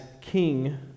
king